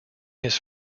his